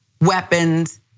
weapons